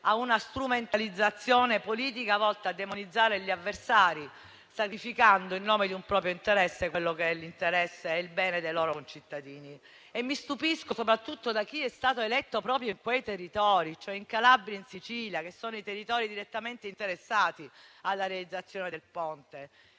a una strumentalizzazione politica volta a demonizzare gli avversari, sacrificando in nome di un proprio interesse, l'interesse e il bene dei loro concittadini. Mi stupisco soprattutto di chi è stato eletto proprio in quei territori, cioè in Calabria e in Sicilia, che sono i territori direttamente interessati alla realizzazione del Ponte.